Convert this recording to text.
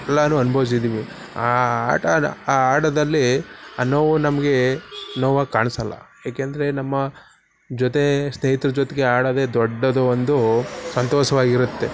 ಎಲ್ಲನೂ ಅನುಭವಿಸಿದ್ದೀವಿ ಆ ಆಟದ ಆ ಆಟದಲ್ಲಿ ಆ ನೋವು ನಮಗೆ ನೋವಾಗಿ ಕಾಣ್ಸೋಲ್ಲ ಯಾಕೆಂದರೆ ನಮ್ಮ ಜೊತೆ ಸ್ನೇಹಿತ್ರ ಜೊತೆಗೆ ಆಡೋದೆ ದೊಡ್ಡದು ಒಂದು ಸಂತೋಷವಾಗಿರುತ್ತೆ